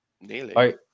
Nearly